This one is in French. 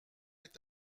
est